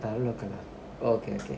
ah local ah oh okay okay